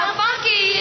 funky